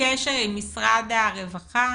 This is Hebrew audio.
עם משרד הרווחה,